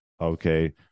okay